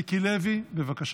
חבר הכנסת מיקי לוי, בבקשה.